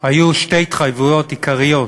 היו שלוש התחייבויות עיקריות